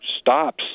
stops